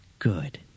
Good